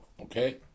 Okay